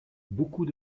beaucoup